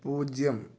പൂജ്യം